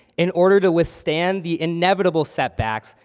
in order to withstand the inevitable set backs,